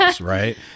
right